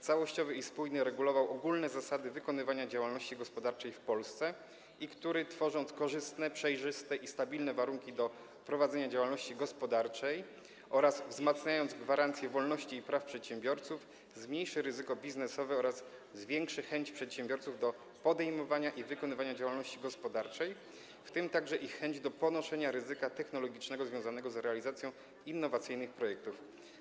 całościowy i spójny regulował ogólne zasady wykonywania działalności gospodarczej w Polsce i który, tworząc korzystne, przejrzyste i stabilne warunki do prowadzenia działalności gospodarczej oraz wzmacniając gwarancję wolności i praw przedsiębiorców, zmniejszy ryzyko biznesowe oraz zwiększy chęć przedsiębiorców do podejmowania i wykonywania działalności gospodarczej, w tym także do ponoszenia ryzyka technologicznego związanego z realizacją innowacyjnych projektów.